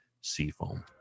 Seafoam